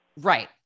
Right